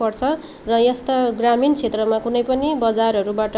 पर्छ र यस्ता ग्रामिण क्षेत्रमा कुनै पनि बजारहरूबाट